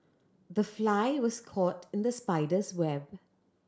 the fly was caught in the spider's web